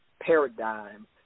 paradigm